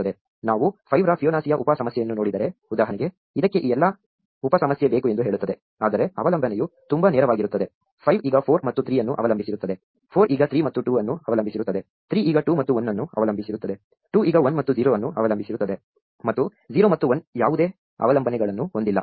ನಾವು 5 ರ ಫಿಬೊನಾಸಿಯ ಉಪ ಸಮಸ್ಯೆಯನ್ನು ನೋಡಿದರೆ ಉದಾಹರಣೆಗೆ ಇದಕ್ಕೆ ಈ ಎಲ್ಲಾ ಉಪ ಸಮಸ್ಯೆ ಬೇಕು ಎಂದು ಹೇಳುತ್ತದೆ ಆದರೆ ಅವಲಂಬನೆಯು ತುಂಬಾ ನೇರವಾಗಿರುತ್ತದೆ 5 ಈಗ 4 ಮತ್ತು 3 ಅನ್ನು ಅವಲಂಬಿಸಿರುತ್ತದೆ 4 ಈಗ 3 ಮತ್ತು 2 ಅನ್ನು ಅವಲಂಬಿಸಿರುತ್ತದೆ 3 ಈಗ 2 ಮತ್ತು 1 ಅನ್ನು ಅವಲಂಬಿಸಿರುತ್ತದೆ 2 ಈಗ 1 ಮತ್ತು 0 ಅನ್ನು ಅವಲಂಬಿಸಿರುತ್ತದೆ ಮತ್ತು 0 ಮತ್ತು 1 ಯಾವುದೇ ಅವಲಂಬನೆಗಳನ್ನು ಹೊಂದಿಲ್ಲ